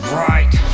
right